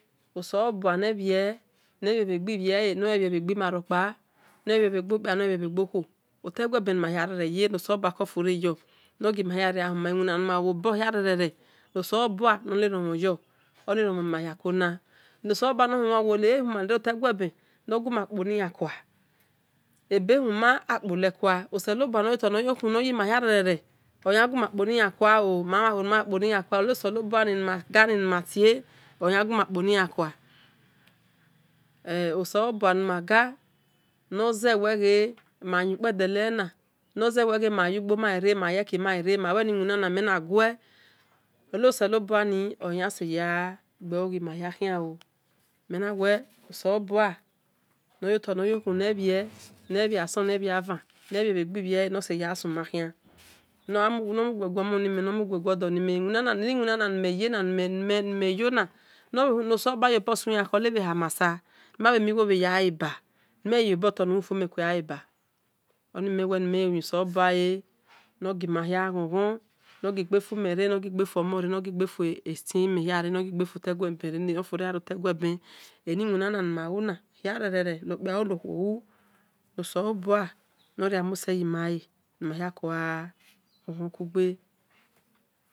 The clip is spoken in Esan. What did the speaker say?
Oselebua niwe niweaqeva niweaqemaroka niweaqo okpi-kpa niweaqahho ota iqueben nimahireye oselebuka ofure yo niqemahirere ahuma luina ni mali obohirere oselebua nileronouro onaromonmaha coni niselebua uowowo niyaomahuma ota iqueben nqamakoleyaka abeuhma akulekua oselebuanayota nayohu nayomahi rerere oniqumakuleyako mumaunmayakuleyako anoselebuan nimaqa nimata oyaqamakdeyakwa oselebua nimaqa mazeweamayipadalena ozewe maliquo maremayeki marere mawinana menaqua anselebuni onaseluwa noyota niyota navie niveasu nivaavn niveaqava noseya asumah aniuqa qomonime omqouoruda nme niname oselebua uobosiyeku ahemasi maueiquo vayeaba miyobotaluhnfiomekea aba onwewenme niniosebua naqemahe qhon qhon no jaqafumere ojaqafudure ajaqafuomore naj aqafutimere aoqamana qhon qhon nfuota iqueben re ni ofure anolta iqueben niwinana namaha rerere no kpi-kpo u nouho u noselebua niremusenima a mahi koaukuda